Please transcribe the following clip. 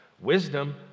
Wisdom